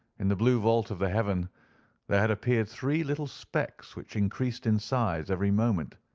in the blue vault of the heaven there had appeared three little specks which increased in size every moment,